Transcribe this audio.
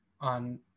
on